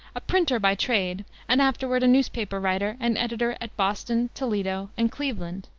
a printer by trade and afterward a newspaper writer and editor at boston, toledo and cleveland,